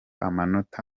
amanota